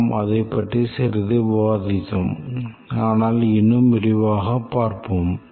நாம் அதைப் பற்றி சிறிது விவாதித்தோம் ஆனால் இன்னும் விரிவாகப் பார்ப்போம்